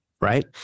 right